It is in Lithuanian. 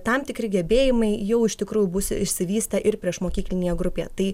tam tikri gebėjimai jau iš tikrųjų bus išsivystę ir priešmokyklinėje grupėje tai